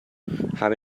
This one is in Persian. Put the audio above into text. همه